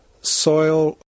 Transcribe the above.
soil